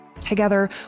Together